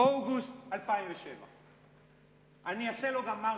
יולי-אוגוסט 2007. אני אעשה לו גם מרקר,